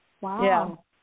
Wow